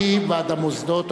אני בעד המוסדות התורניים.